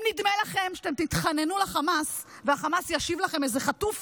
אם נדמה לכם שאתם תתחננו לחמאס והחמאס ישיב לכם איזה חטוף,